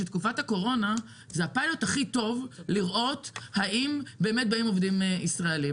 שתקופת הקורונה זה הפיילוט הכי טוב לראות האם באמת באים עובדים זרים.